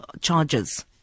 charges